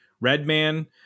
Redman